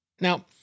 Now